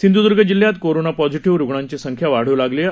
सिंध्द्र्ग जिल्ह्यात corona positive रुग्णांची संख्या वाढू लागलीय